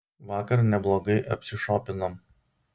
vakar neblogai apsišopinom